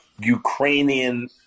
Ukrainian